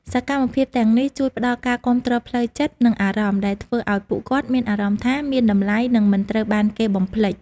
សកម្មភាពទាំងនេះជួយផ្ដល់ការគាំទ្រផ្លូវចិត្ត និងអារម្មណ៍ ដែលធ្វើឲ្យពួកគាត់មានអារម្មណ៍ថាមានតម្លៃ និងមិនត្រូវបានគេបំភ្លេច។